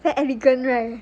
very elegant right